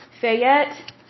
Fayette